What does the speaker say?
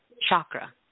chakra